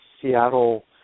Seattle